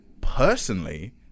personally